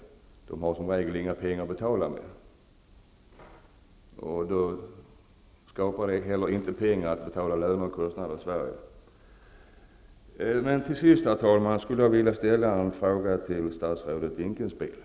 De har som regel inga pengar att betala med. Då skapas inte heller pengar att betala löner och andra kostnader i Herr talman! Jag skulle vilja ställa en fråga till statsrådet Dinkelspiel.